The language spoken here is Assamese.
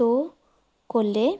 ত' ক'লে